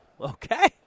okay